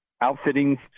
outfitting